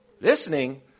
Listening